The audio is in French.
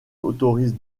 autorise